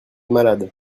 malade